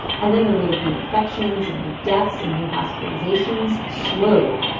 and then their rate of new infections and new deaths and new hospitalizations slowed.